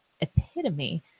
epitome